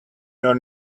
your